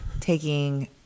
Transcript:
taking